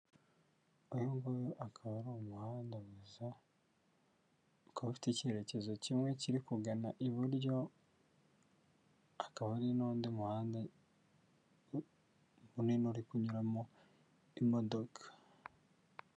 Uyu nguyu akaba ari umuhanda mwiza ukaba ufite icyerekezo kimwe kiri kugana iburyo, hakaba hari n'undi muhanda munini uri kunyuramo imodoka.